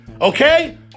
Okay